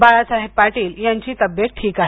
बाळासाहेब पाटील याची तब्येत ठीक आहे